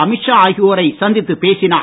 அமித் ஷா ஆகியோரை சந்தித்துப் பேசினார்